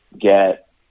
get